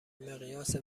مقیاس